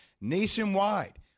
nationwide